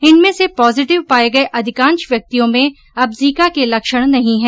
इनमें से पॉजिटिव पाये गये अधिकांश व्यक्तियों में अब जीका के लक्षण नहीं है